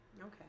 okay